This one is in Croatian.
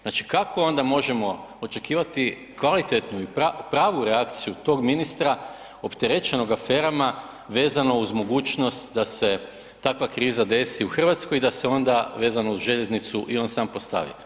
Znači kako onda možemo očekivati kvalitetnu i pravu reakciju tog ministra opterećenog aferama vezano uz mogućnost da se takva kriza desi u Hrvatskoj i da se onda vezan uz željeznicu i on sam postavi?